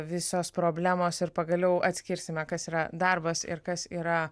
visos problemos ir pagaliau atskirsime kas yra darbas ir kas yra